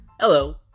Hello